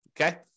Okay